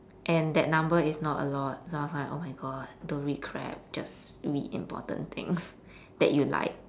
and that number is not a lot so I was like oh my god don't read crap just read important things that you like